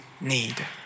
need